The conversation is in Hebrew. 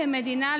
כמדינה,